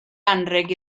anrheg